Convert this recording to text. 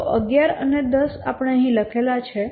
તો 11 અને 10 આપણે અહીં લખેલા છે